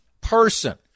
person